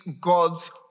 God's